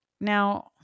now